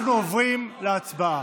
אנחנו עוברים להצבעה.